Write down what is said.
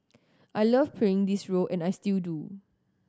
I love playing this role and I still do